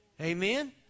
Amen